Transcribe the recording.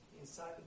Inside